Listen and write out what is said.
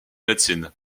médecine